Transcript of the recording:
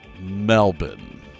Melbourne